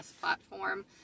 platform